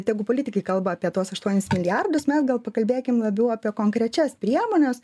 tegu politikai kalba apie tuos aštuonis milijardus mes gal pakalbėkim labiau apie konkrečias priemones